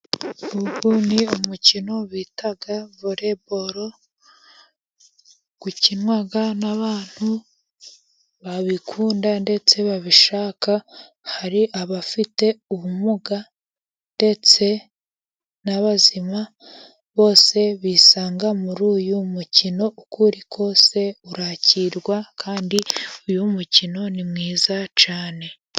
Uyu ni umukino bita vore boro ukinwa n'abantu babikunda ndetse babishaka, hari abafite ubumuga ndetse n'abazima bose bisanga muri uyu mukino, uko uri kose urakirwa kandi uyu mukino ni mwiza cyane.